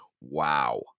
wow